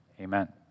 Amen